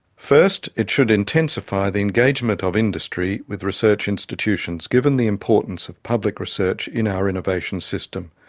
first, it should intensify the engagement of industry with research institutions, given the importance of public research in our innovation system.